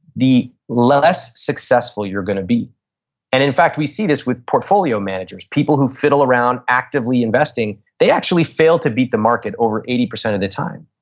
the less successful you're going to be and in fact, we see this with portfolio managers, people who fiddle around actively investing they actually fail to beat the market over eighty percent of the time.